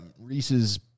Reese's